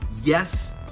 Yes